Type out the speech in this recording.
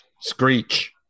Screech